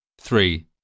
Three